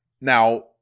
now